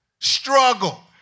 Struggle